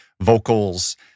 vocals